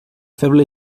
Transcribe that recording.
feble